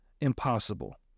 impossible